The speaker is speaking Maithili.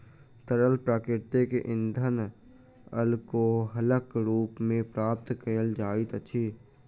तरल प्राकृतिक इंधन अल्कोहलक रूप मे प्राप्त कयल जाइत अछि